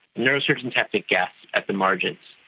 neurosurgeons have to guess at the margins.